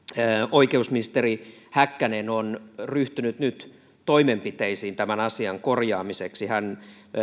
oikeusministeri häkkänen on ryhtynyt nyt toimenpiteisiin tämän asian korjaamiseksi hän